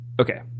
Okay